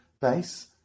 base